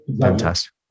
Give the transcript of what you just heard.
fantastic